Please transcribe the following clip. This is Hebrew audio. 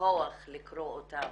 כוח לקרוא אותן,